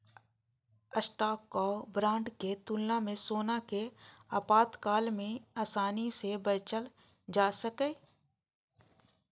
stock आ bond के तुलना मे सोना कें आपातकाल मे आसानी सं बेचल जा सकैए